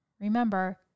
remember